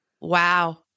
Wow